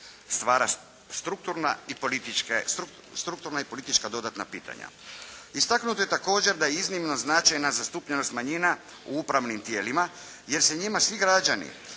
stvara strukturna i politička dodatna pitanja. Istaknuto je također da je iznimno značajna zastupljenost manjina u upravnim tijelima jer se njima svi građani